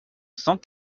cent